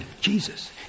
Jesus